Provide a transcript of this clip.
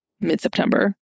mid-September